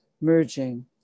merging